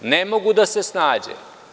Ne mogu da se snađu.